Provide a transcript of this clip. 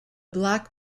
black